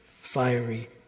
fiery